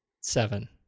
Seven